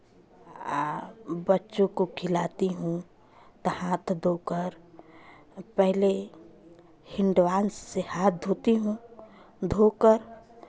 आ बच्चों को खिलाती हूँ तो हाथ धोकर पहले हैंडवाश से हाथ धोती हूँ धोकर